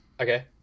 Okay